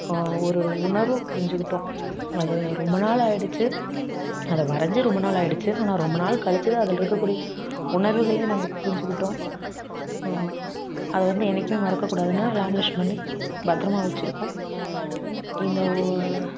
ஒரு உணர்வை புரிஞ்சிக்கிட்டோம் அது ரொம்ப நாள் ஆகிடுச்சி அதை வரைஞ்சே ரொம்ப நாள் ஆகிடுச்சி ஆனால் ரொம்ப நாள் கழித்து தான் அதில் இருக்கக்கூடிய உணர்வுகளே நாங்கள் புரிஞ்சுக்கிட்டோம் அது வந்து என்றைக்குமே மறக்கக்கூடாதுனு லேமினேஷன் பண்ணி பத்திரமா வெச்சுருக்கோம் இந்த ஓ